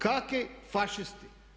Kakvi fašisti?